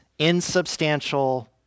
insubstantial